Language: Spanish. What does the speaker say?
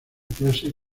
clase